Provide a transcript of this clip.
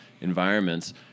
Environments